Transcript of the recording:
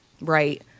Right